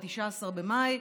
ב-19 במאי,